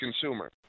consumer